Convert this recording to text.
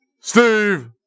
Steve